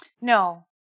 No